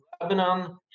Lebanon